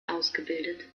ausgebildet